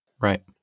Right